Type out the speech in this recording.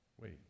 Wait